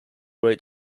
great